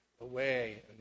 Away